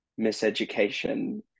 miseducation